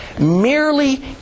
merely